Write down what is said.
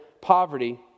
poverty